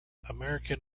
american